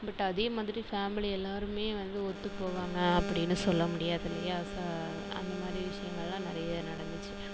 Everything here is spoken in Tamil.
பட் அதே மாதிரி ஃபேமிலி எல்லாருமே வந்து ஒத்து போவாங்க அப்படின்னு சொல்ல முடியாது இல்லையா ஸோ அந்தமாதிரி விஷயங்கள் எல்லாம் நிறைய நடந்துச்சு